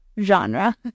genre